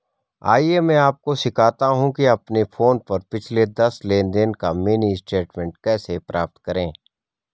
आइए मैं आपको सिखाता हूं कि अपने फोन पर पिछले दस लेनदेन का मिनी स्टेटमेंट कैसे प्राप्त करें